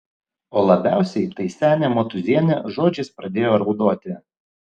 o labiausiai tai senė motūzienė žodžiais pradėjo raudoti